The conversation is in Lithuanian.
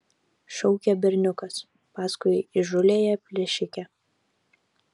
šaukė berniukas paskui įžūliąją plėšikę